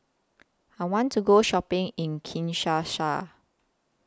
I want to Go Shopping in Kinshasa